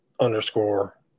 underscore